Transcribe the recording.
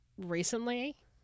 Recently